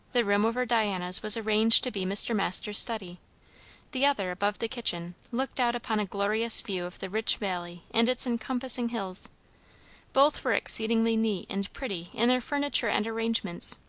the room over diana's was arranged to be mr. masters' study the other, above the kitchen, looked out upon a glorious view of the rich valley and its encompassing hills both were exceedingly neat and pretty in their furniture and arrangements,